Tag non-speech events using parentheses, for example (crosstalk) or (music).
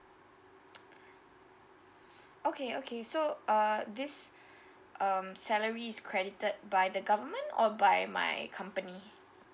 (noise) okay okay so uh this um salaries is credited by the government or by my company